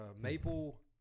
maple